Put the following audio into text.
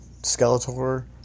Skeletor